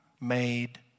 made